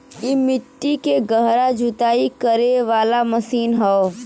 इ मट्टी के गहरा जुताई करे वाला मशीन हौ